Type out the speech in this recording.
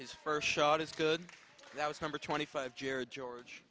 his first shot is good that was number twenty five jared george